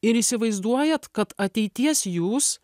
ir įsivaizduojat kad ateities jūs